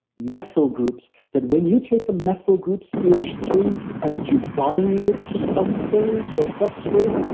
methyl groups that when you take a methyl group c h three and you bind it to something, to a substrate,